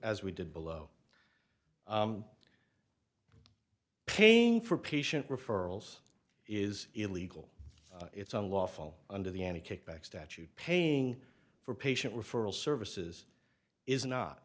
as we did below paying for patient referrals is illegal it's unlawful under the any kickback statute paying for patient referral services is not